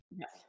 Yes